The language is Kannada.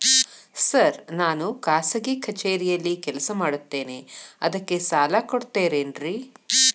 ಸರ್ ನಾನು ಖಾಸಗಿ ಕಚೇರಿಯಲ್ಲಿ ಕೆಲಸ ಮಾಡುತ್ತೇನೆ ಅದಕ್ಕೆ ಸಾಲ ಕೊಡ್ತೇರೇನ್ರಿ?